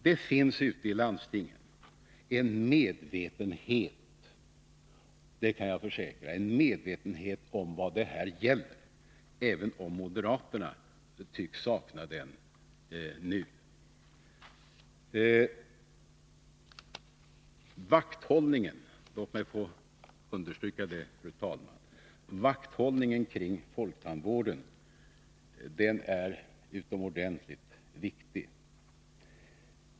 Det finns ute i landstingen — det kan jag försäkra — en medvetenhet om vad det här gäller, även om moderaterna nu tycks sakna denna medvetenhet. Låt mig, fru talman, få understryka att vakthållningen kring folktandvården är utomordentligt viktig.